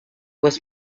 was